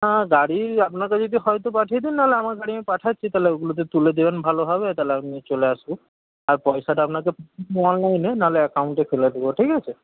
গাড়ি আপনার কাছে যদি হয় তো পাঠিয়ে দিন নাহলে আমার গাড়ি আমি পাঠাচ্ছি তাহলে ওগুলোতে তুলে দেবেন ভালো ভাবে তাহলে আমি নিয়ে চলে আসবো আর পয়সাটা আপনাকে অনলাইনে না হলে অ্যাকাউন্টে ফেলে দেবো ঠিক আছে